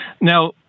Now